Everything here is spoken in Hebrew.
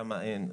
למה אין,